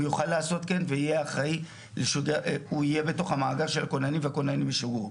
הוא יוכל לעשות כן והוא יהיה בתוך מאגר של כוננים וכוננים לשיגור,